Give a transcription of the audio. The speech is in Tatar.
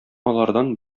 алардан